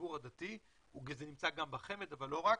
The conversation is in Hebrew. לציבור הדתי, זה נמצא גם בחמד, אבל לא רק.